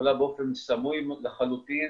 יכולה באופן סמוי לחלוטין,